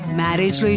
marriage